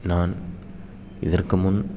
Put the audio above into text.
நான் இதற்கு முன்